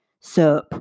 soap